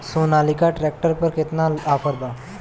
Sonalika tractor पर केतना offer बा?